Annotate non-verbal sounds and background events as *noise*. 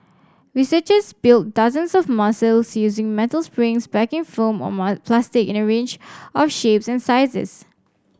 researchers built dozens of muscles using metal springs packing foam or *unintelligible* plastic in a range of shapes and sizes